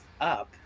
up